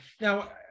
Now